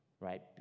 right